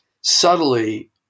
subtly